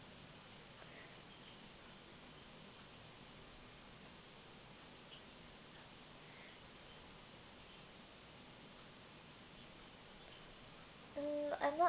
uh I'm not